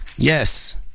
Yes